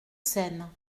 seine